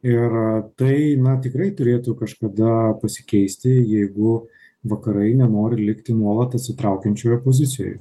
ir tai na tikrai turėtų kažkada pasikeisti jeigu vakarai nenori likti nuolat atsitraukiančiojo pozicijoj